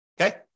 okay